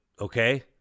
okay